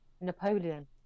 Napoleon